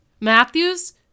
Matthews